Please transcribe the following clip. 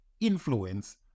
influence